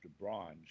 bronze